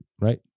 right